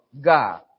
God